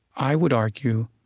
i would argue,